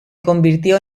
convirtió